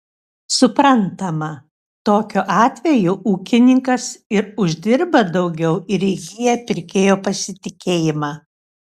suprantama tokiu atveju ūkininkas ir uždirba daugiau ir įgyja pirkėjo pasitikėjimą